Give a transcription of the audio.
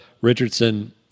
Richardson